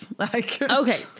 Okay